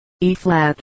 E-flat